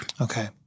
Okay